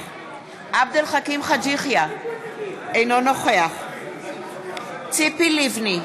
עבד אל חכים חאג' יחיא, אינו נוכח ציפי לבני,